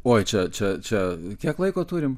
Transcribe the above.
o čia čia čia kiek laiko turim